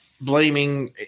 blaming